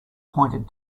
pointed